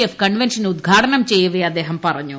F convention ഉദ്ഘാടനം ചെയ്യവേ അദ്ദേഹം പറഞ്ഞു